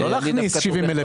זה לא להכניס 70,000